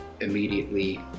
immediately